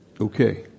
Okay